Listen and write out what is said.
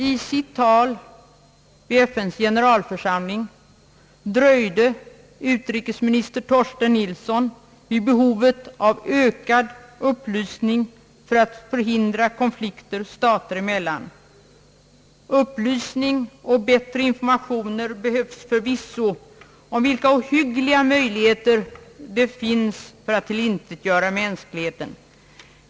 I sitt tal vid FN:s generalförsamling dröjde utrikesminister Torsten Nilsson vid behovet av ökad upplysning för att förhindra konflikter stater emellan. Upplysning och bättre informationer behövs förvisso om vilka ohyggliga möjligheter som nu finns för att tillintetgöra mänskligheten.